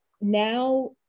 now